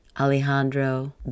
Alejandro